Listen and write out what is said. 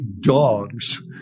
dogs